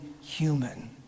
human